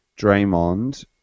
Draymond